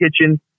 kitchen